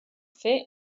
fer